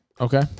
Okay